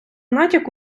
натяку